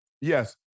Yes